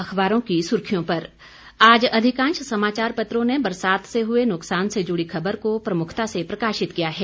अखबारों की सुर्खियों पर आज अधिकांश समाचार पत्रों ने बरसात से हुए नुक्सान से जुड़ी खबर को प्रमुखता से प्रकाशित किया है